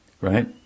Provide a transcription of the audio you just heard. Right